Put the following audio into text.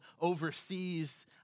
overseas